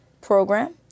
program